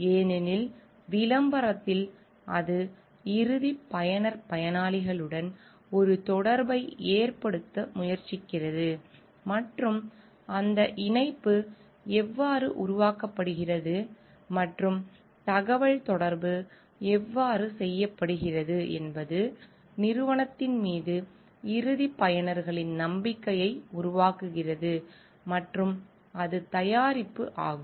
ஏனெனில் விளம்பரத்தில் அது இறுதிப் பயனர் பயனாளிகளுடன் ஒரு தொடர்பை ஏற்படுத்த முயற்சிக்கிறது மற்றும் அந்த இணைப்பு எவ்வாறு உருவாக்கப்படுகிறது மற்றும் தகவல்தொடர்பு எவ்வாறு செய்யப்படுகிறது என்பது நிறுவனத்தின் மீது இறுதி பயனர்களின் நம்பிக்கையை உருவாக்குகிறது மற்றும் அது தயாரிப்பு ஆகும்